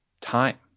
time